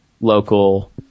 local